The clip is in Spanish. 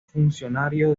funcionario